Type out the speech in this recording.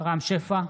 רם שפע,